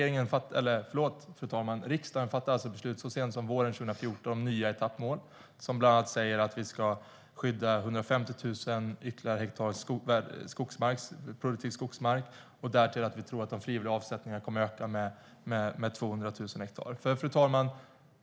Riksdagen fattade så sent som våren 2014 beslut om nya etappmål, som bland annat innebär att vi ska skydda ytterligare 150 000 hektar produktiv skogsmark och därtill att vi tror att de frivilliga avsättningarna kommer att öka med 200 000 hektar. Fru talman!